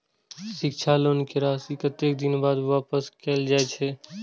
शिक्षा लोन के राशी कतेक दिन बाद वापस कायल जाय छै?